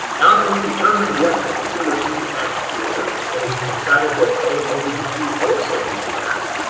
now that we've determined what consumer's use tax is and we've decided that hey maybe you do owe some use tax,